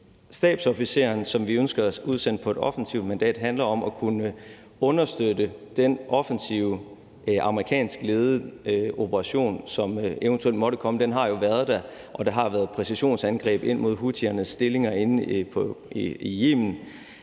stabsofficeren, som vi ønsker at udsende på et offensivt mandat, handler det om at kunne understøtte den offensive amerikansk ledede operation, som eventuelt måtte komme. Den er jo blevet gennemført, og der har været præcisionsangreb ind mod houthiernes stillinger inde i Yemen,